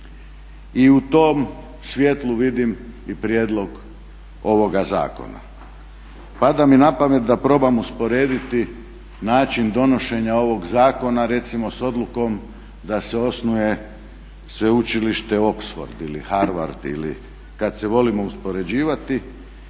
I u tom svjetlu vidim i prijedlog ovoga zakona. Pada mi na pamet da probam usporediti način donošenja ovog zakona recimo s odlukom da se osnuje Sveučilište Oxford ili Harvard, kad se volimo uspoređivati.